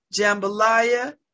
jambalaya